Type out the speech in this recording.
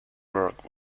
work